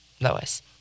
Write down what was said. Lois